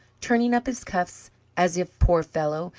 turning up his cuffs as if, poor fellow,